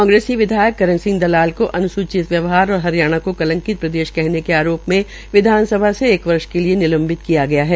कांग्रेस विधायक करन दलाल को अन्चित व्यवहार और हरियाणा को कलंकित प्रदेश कहने के आरोप में विधानसभा से एक वर्ष के लिए निलंबित किया गया है